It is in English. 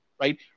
right